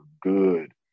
good